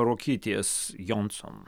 ruokytės jonson